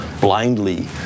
blindly